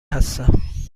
هستم